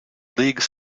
league